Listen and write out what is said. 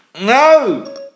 No